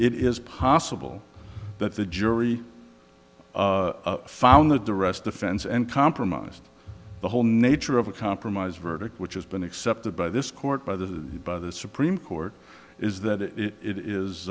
it is possible that the jury found that the rest offense and compromised the whole nature of a compromise verdict which has been accepted by this court by the by the supreme court is that it